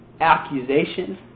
accusation